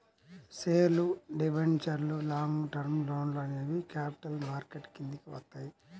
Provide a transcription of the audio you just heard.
షేర్లు, డిబెంచర్లు, long term లోన్లు అనేవి క్యాపిటల్ మార్కెట్ కిందికి వత్తయ్యి